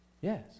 Yes